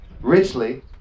Richly